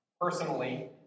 personally